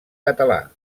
català